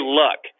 luck